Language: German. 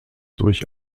durch